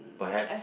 perhaps